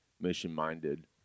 mission-minded –